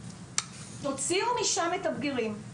תוציאו משם את הבגירים,